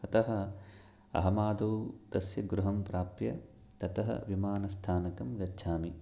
अतः अहम् आदौ तस्य गृहं प्राप्य ततः विमानस्थानकं गच्छामि